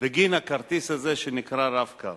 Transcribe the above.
בגין הכרטיס הזה שנקרא "רב-קו":